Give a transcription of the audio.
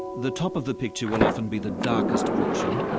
the top of the picture will often be the darkest portion.